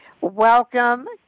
Welcome